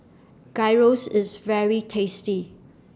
Gyros IS very tasty